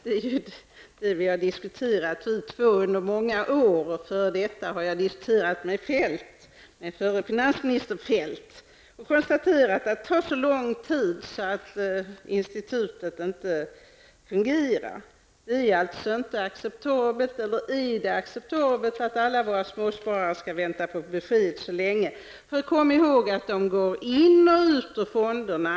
Det har ju vi två diskuterat under många år, och dessförinnan har jag diskuterat det med förre finansministern Feldt. Jag har därvid konstaterat att det tar så lång tid att få sådana besked att institutet inte fungerar. Är det acceptabelt att alla våra småsparare skall vänta så länge på besked? Kom ihåg att de går in och ut ur fonderna.